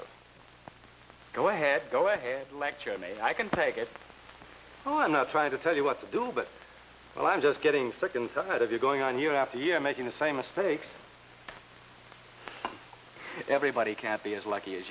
go ahead go ahead lecture me i can take it oh i'm not trying to tell you what to do but well i'm just getting sick and tired of you going on year after year making the same mistakes everybody can't be as lucky as